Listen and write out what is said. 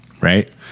right